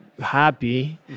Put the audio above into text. happy